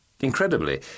Incredibly